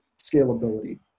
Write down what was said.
scalability